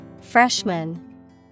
Freshman